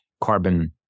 carbon